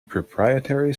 proprietary